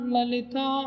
Lalita